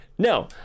No